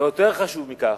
ויותר חשוב מכך,